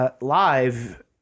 live